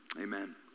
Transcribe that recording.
amen